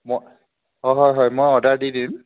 মই অ' হয় হয় মই অৰ্ডাৰ দি দিম